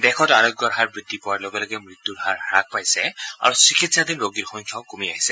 দেশত আৰোগ্যৰ হাৰ বৃদ্ধি পোৱাৰ লগে লগে মৃত্যুৰ হাৰ হ্ৰাস পাইছে আৰু চিকিৎসাধীন ৰোগীৰ সংখ্যাও কমি আহিছে